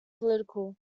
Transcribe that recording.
political